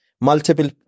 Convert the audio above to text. multiple